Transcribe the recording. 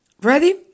Ready